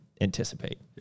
anticipate